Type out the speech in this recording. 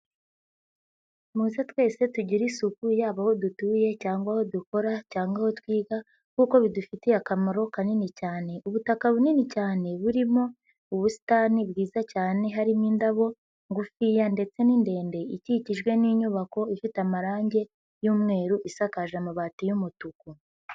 Muze twese tugire isuku yaba aho dutuye cyangwa aho dukora cyangwa aho twiga kuko bidufitiye akamaro kanini cyane. Ubutaka bunini cyane burimo ubusitani bwiza cyane harimo indabo ngufiya ndetse n'indende ikikijwe n'inyubako ifite amarangi y'umweru isakaje amabati y'umutuku.